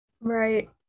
Right